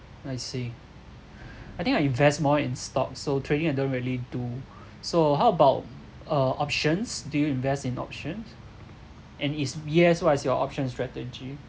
I see I think I invest more in stock so trading I don't really do so how about uh options do you invest in options and if yes what is your option strategy